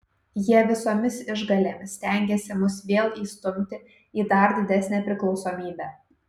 jie visomis išgalėmis stengiasi mus vėl įstumti į dar didesnę priklausomybę